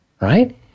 right